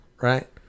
right